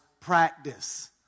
practice